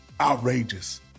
outrageous